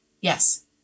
Yes